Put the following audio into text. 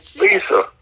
Lisa